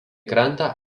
krantą